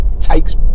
takes